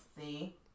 See